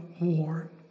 war